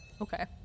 Okay